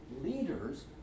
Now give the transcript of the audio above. leaders